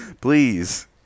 Please